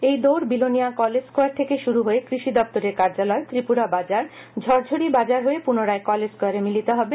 এই দৌড Belonia college square থেকে শুরু হয়ে কৃষি দপ্তরের কার্যালয় ত্রিপুরা বাজার ঝরঝরি বাজার হয়ে পুনরায় কলেজ স্কোয়ারে মিলিত হবে